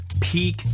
peak